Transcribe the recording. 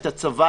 את הצבא,